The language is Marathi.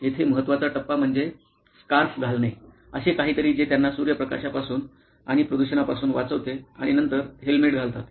येथे महत्वाचा टप्पा म्हणजे स्कार्फ घालणे असे काहीतरी जे त्यांना सूर्यप्रकाशापासून आणि प्रदूषणापासून वाचवते आणि नंतर हेल्मेट घालतात